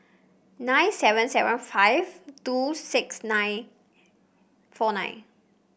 nine seven seven five two six nine four nine